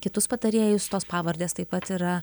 kitus patarėjus tos pavardės taip pat yra